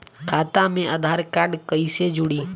खाता मे आधार कार्ड कईसे जुड़ि?